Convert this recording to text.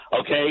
Okay